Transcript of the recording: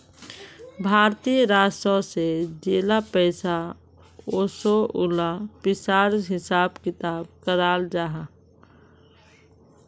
भारतीय राजस्व से जेला पैसा ओसोह उला पिसार हिसाब किताब कराल जाहा